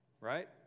Right